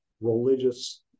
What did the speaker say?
religious